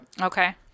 Okay